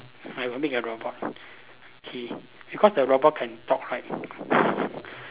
I will make a robot okay because the robot can talk right